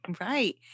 right